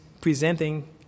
presenting